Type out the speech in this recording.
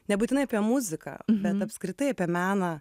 nebūtinai apie muziką bet apskritai apie meną